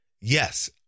Yes